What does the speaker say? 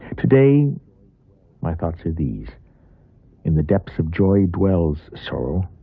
today my thoughts are these in the depths of joy dwells sorrow,